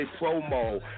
promo